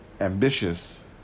Ambitious